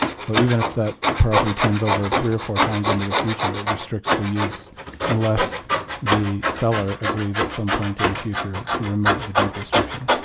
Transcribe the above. so even if that property turns over three or four times into the future, it restricts the use unless the seller agrees, at some point in the future, to remove the deed restriction.